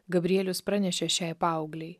gabrielius pranešė šiai paauglei